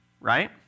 Right